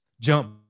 jump